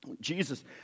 Jesus